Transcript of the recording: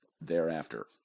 thereafter